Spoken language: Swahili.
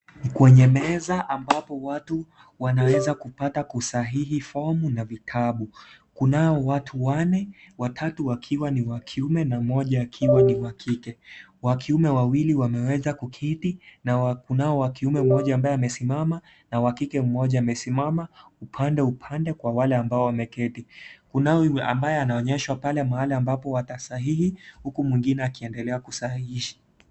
Kwenye meza ambapo watu wanaweza kupata kusahihi fomu na vitabu. Kunao watu wanne ,watatu wakiwa ni wa kiume na mmoja akiwa ni wa kike. Wa kiume wawili wameweza kukidhi, na kunao wa kiume mmoja ambaye amesimama na wa kike mmoja amesimama, upande upande kwa wale ambao wameketi. Kuna yule ambaye anaonyeshwa pale mahali ambapo watasahihi, huku mwingine akiendelea kusahihisha.